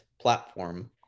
platform